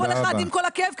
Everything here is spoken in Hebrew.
כל אחד עם כל הכאב,